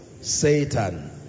satan